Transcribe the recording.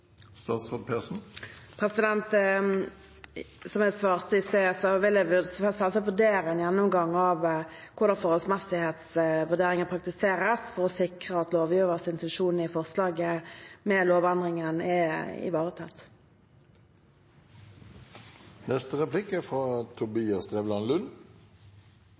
Som jeg svarte i sted, vil jeg selvsagt vurdere å foreta en gjennomgang av hvordan forholdsmessighetsvurderingen praktiseres, for å sikre at lovgivers intensjon i forslaget til lovendring er ivaretatt.